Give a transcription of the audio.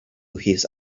his